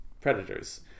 predators